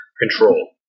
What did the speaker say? control